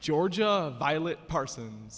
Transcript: georgia violet parson